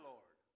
Lord